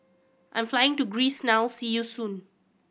I am flying to Greece now see you soon